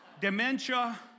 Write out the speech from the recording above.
dementia